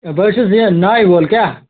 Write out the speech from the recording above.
ہے بہٕ حظ چھُس یہِ نایہِ وول کیٛاہ